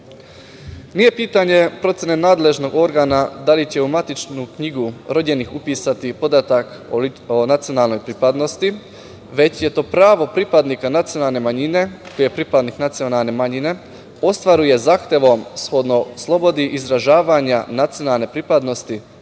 Nije pitanje procene nadležnog organa da li će u matičnu knjigu rođenih upisati podatak o nacionalnoj pripadnosti, već je to pravo pripadnika nacionalne manjine ostvaruje zahtevom shodno slobodi izražavanja nacionalne pripadnosti